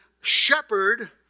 shepherd